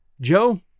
Joe